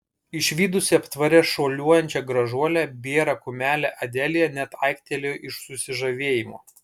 išvydusi aptvare šuoliuojančią gražuolę bėrą kumelę adelija net aiktelėjo iš susižavėjimo